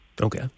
Okay